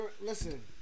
Listen